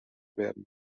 werden